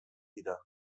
dira